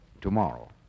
tomorrow